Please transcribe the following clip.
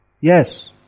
Yes